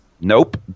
Nope